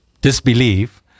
disbelief